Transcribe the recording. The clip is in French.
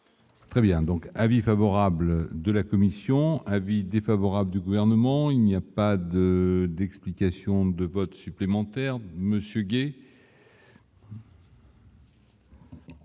Très bien, donc avis favorable de la commission avis défavorable du gouvernement, il n'y a pas de d'explications de vote supplémentaire Monsieur Gay.